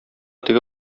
теге